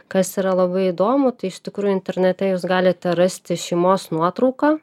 kas yra labai įdomu tai iš tikrųjų internete jūs galite rasti šeimos nuotrauką